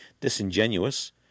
disingenuous